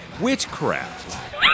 witchcraft